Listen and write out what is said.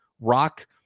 Rock